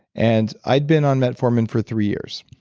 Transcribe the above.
and i'd been on metformin for three years.